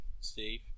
Steve